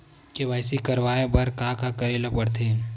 KYC करवाय बर का का करे ल पड़थे?